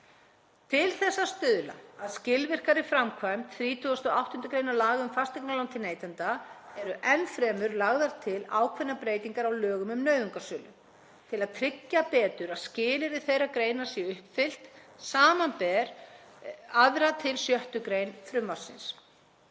Til að stuðla að skilvirkari framkvæmd 38. gr. laga um fasteignalán til neytenda eru enn fremur lagðar til ákveðnar breytingar á lögum um nauðungarsölu til að tryggja betur að skilyrði þeirrar greinar séu uppfyllt í 2. til 6. gr. frumvarpsins.